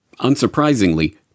Unsurprisingly